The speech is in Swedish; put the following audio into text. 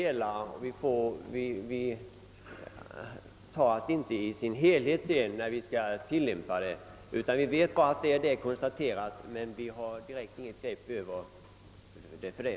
Vi tillämpar inte erfarenheterna i deras helhet, vi gör konstateranden, men vi har inget direkt grepp över problemkomplexet.